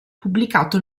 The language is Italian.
pubblicato